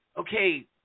okay